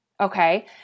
Okay